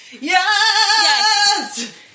Yes